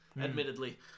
Admittedly